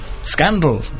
Scandal